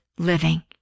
living